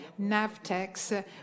NAVTEX